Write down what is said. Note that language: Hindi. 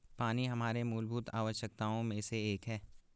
पानी हमारे मूलभूत आवश्यकताओं में से एक है